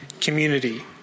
community